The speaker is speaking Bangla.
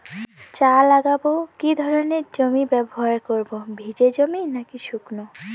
চা লাগাবো কি ধরনের জমি ব্যবহার করব ভিজে জমি নাকি শুকনো?